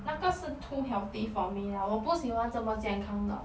那个是 too healthy for me 了我不喜欢那么健康的